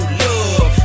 love